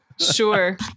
Sure